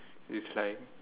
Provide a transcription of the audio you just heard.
it's like